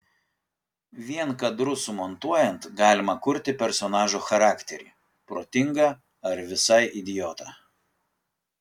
vien kadrus sumontuojant galima kurti personažo charakterį protingą ar visai idiotą